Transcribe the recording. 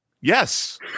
Yes